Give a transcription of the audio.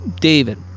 David